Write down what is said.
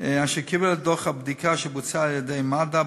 אשר קיבל את דוח הבדיקה שבוצעה על-ידי מד"א,